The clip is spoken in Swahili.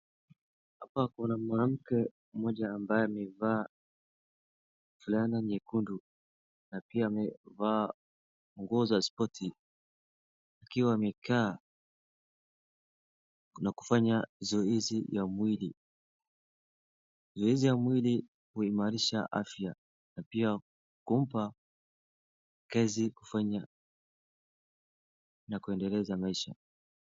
Hapa Kuna mwanamke mmoja ambaye amevaa fulana nyekundu na pia amevaa nguo za sport akiwa amekaa na kufanya zoezi ya mwili, zoezi ya mwili huimarisha afya na kumpa kazi kufanya na kuendeleza maisha.